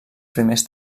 primers